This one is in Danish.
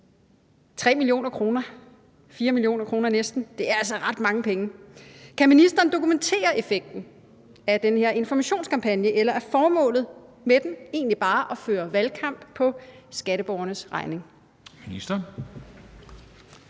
ærlig. 3 mio. kr., næsten 4 mio. kr., er altså ret mange penge. Kan ministeren dokumentere effekten af den her informationskampagne, eller er formålet med den egentlig bare at føre valgkamp på skatteborgernes regning?